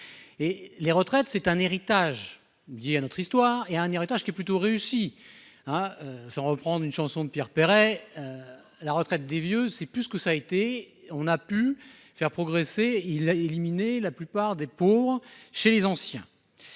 Et les retraites, c'est un héritage. Dis à notre histoire et un héritage qui est plutôt réussi à sans reprendre une chanson de Pierre Perret. La retraite des vieux c'est plus que ça a été on a pu faire progresser. Il a éliminé la plupart des pauvres chez les anciens.